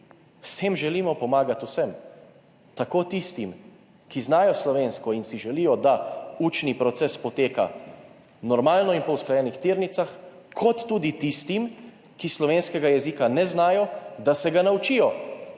tem želimo pomagati vsem. Tako tistim, ki znajo slovensko in si želijo, da učni proces poteka normalno in po usklajenih tirnicah, kot tudi tistim, ki slovenskega jezika ne znajo, da se ga naučijo,